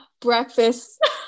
breakfast